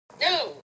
No